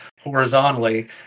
horizontally